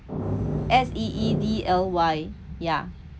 S_E_E_D_L_Y yeah